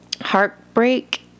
Heartbreak